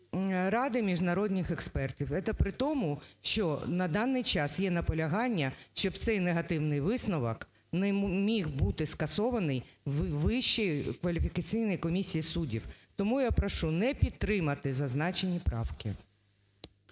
ради міжнародних експертів. Це при тому, що на даний час є наполягання, щоб цей негативний висновок не міг бути скасований в Вищій кваліфікаційній комісії суддів. Тому я прошу не підтримати зазначені правки.